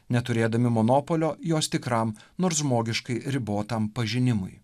neturėdami monopolio jos tikram nors žmogiškai ribotam pažinimui